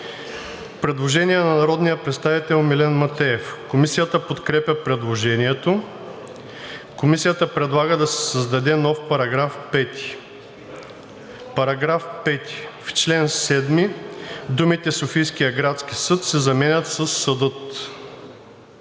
Предложение на народния представител Милен Матеев. Комисията подкрепя предложението. Комисията предлага да се създаде нов § 5: „§ 5. В чл. 7 думите „Софийският градски съд“ се заменят със